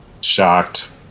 shocked